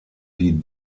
die